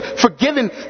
forgiven